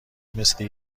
مثل